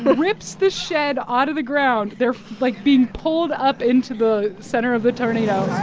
rips this shed out of the ground. they're, like, being pulled up into the center of the tornado